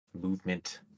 movement